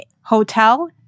Hotel